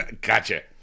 Gotcha